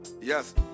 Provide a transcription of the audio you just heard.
Yes